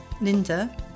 linda